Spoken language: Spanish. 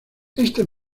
esta